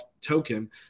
token